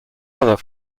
other